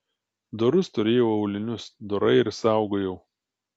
dorus turėjau aulinius dorai ir saugojau